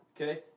Okay